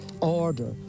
order